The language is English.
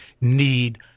need